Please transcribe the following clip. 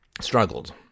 struggled